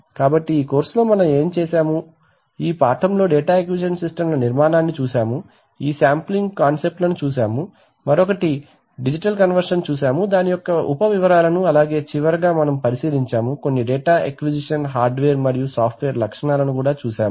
కాబట్టి ఈ కోర్సులో మనము ఏమి చేసాము ఈ పాఠం లో డేటా అక్విజిషన్ సిస్టమ్ ల నిర్మాణాన్ని చూశాము ఈ శాంప్లింగ్ కాన్సెప్ట్ లను చూశాము మరొకటి డిజిటల్ కన్వర్షన్ చూశాము దాని యొక్క ఉప వివరాలను అల్లాగే చివరాగా మనము పరిశీలించాము కొన్ని డేటా అక్విజిషన్ హార్డ్వేర్ మరియు సాఫ్ట్వేర్ లక్షణాలు చూసాము